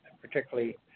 particularly